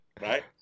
right